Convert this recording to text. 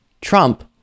Trump